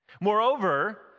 Moreover